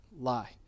Lie